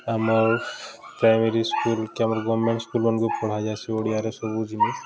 ଆମର୍ primary school କି ଆମର୍ ଗଭର୍ଣ୍ଣ୍ମେଣ୍ଟ୍ ସ୍କୁଲ୍ମାନ୍କୁ ପଢ଼ାଯାଏସି ଓଡ଼ିଆରେ ସବୁ ଜିନିଷ୍